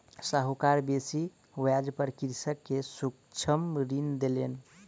साहूकार बेसी ब्याज पर कृषक के सूक्ष्म ऋण देलैन